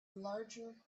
larger